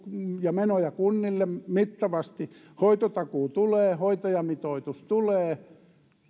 ja menoja kunnille mittavasti hoitotakuu tulee hoitajamitoitus tulee